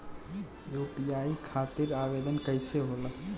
UPI खातिर आवेदन कैसे होला?